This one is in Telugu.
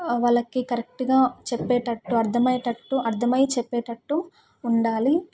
వాళ్ళకి కరెక్ట్గా చెప్పేటట్టు అర్థమయ్యేటట్టు అర్థమై చెప్పేటట్టు ఉండాలి